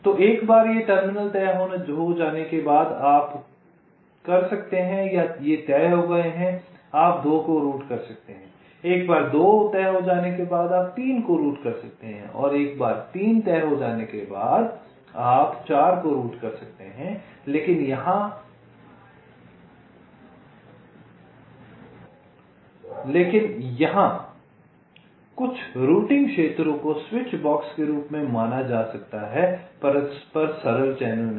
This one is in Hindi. तो एक बार ये टर्मिनल तय हो जाने के बाद आप कर सकते हैं या ये तय हो गए हैं आप 2 को रूट कर सकते हैं एक बार 2 तय हो जाने पर आप 3 को रूट कर सकते हैं एक बार 3 तय हो जाने पर आप 4 को रूट कर सकते हैं लेकिन यहाँ कुछ रूटिंग क्षेत्रों को स्विचबॉक्स के रूप में माना जा सकता है पर सरल चैनल नहीं